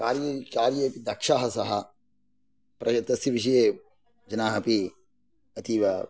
कार्यै कार्ये अपि दक्षः सः प्रयतस्य विषये जनाः अपि अतीव